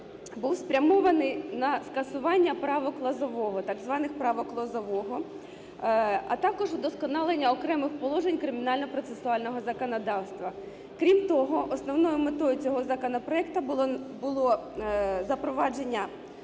був спрямований на скасування правок Лозового, так званих правок Лозового, а також вдосконалення окремих положень кримінального процесуального законодавства. Крім того, основною метою цього законопроекту було запровадження